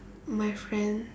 my friend